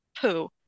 poo